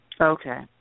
Okay